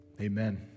Amen